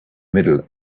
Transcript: middle